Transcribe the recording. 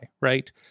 right